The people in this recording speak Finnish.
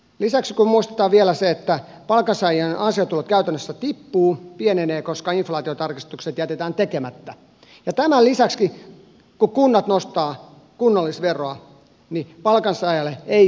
lisäksi kun muistetaan vielä se että palkansaajien ansiotulot käytännössä tippuvat pienenevät koska inflaatiotarkistukset jätetään tekemättä ja tämän lisäksi se että kunnat nostavat kunnallisveroa niin palkansaajalle ei paljoa jää